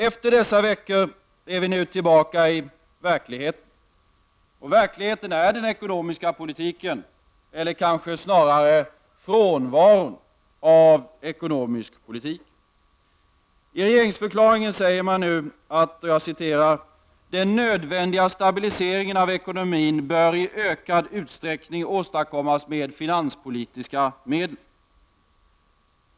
Efter dessa veckor är vi nu tillbaka i verkligheten. Och verkligheten är den ekonomiska politiken — eller kanske snarare frånvaron av ekonomisk politik. I regeringsförklaringen sägs nu att ”den nödvändiga stabiliseringen av ekonomin bör ——-— i ökad utsträckning åstadkommas med finanspolitiska medel”.